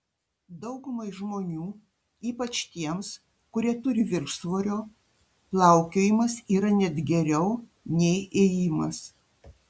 daugumai žmonių ypač tiems kurie turi viršsvorio plaukiojimas yra net geriau nei ėjimas